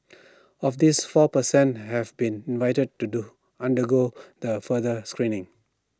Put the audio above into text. of these four percent have been invited to do undergo the further screening